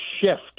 shift